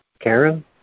Karen